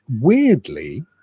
weirdly